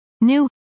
New